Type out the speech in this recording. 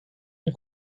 ein